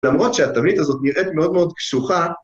למרות שהתבנית הזאת נראית מאוד מאוד קשוחה.